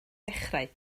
dechrau